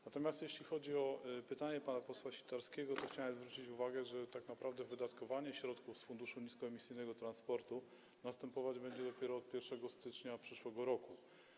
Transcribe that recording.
Natomiast jeśli chodzi o pytanie pana posła Sitarskiego, to chciałem zwrócić uwagę, że tak naprawdę wydatkowanie środków z Funduszu Niskoemisyjnego Transportu będzie następować dopiero od 1 stycznia przyszłego roku.